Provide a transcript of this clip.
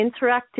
interactive